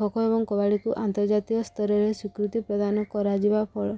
ଖୋଖୋ ଏବଂ କବାଡ଼ିକୁ ଆନ୍ତର୍ଜାତୀୟସ୍ତରରେ ସ୍ୱୀକୃତି ପ୍ରଦାନ କରାଯିବା ଫଳ